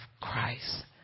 Christ